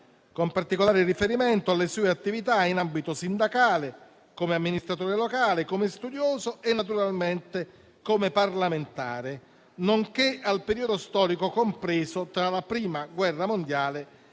con particolare riferimento alle sue attività in ambito sindacale, come amministratore locale, studioso e naturalmente parlamentare, nonché al periodo storico compreso tra la Prima guerra mondiale